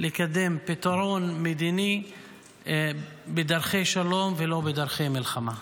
לקדם פתרון מדיני בדרכי שלום ולא בדרכי מלחמה.